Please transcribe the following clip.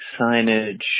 signage